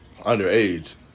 underage